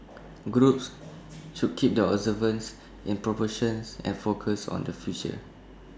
groups should keep their observances in proportions and focused on the future